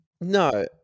No